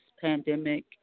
pandemic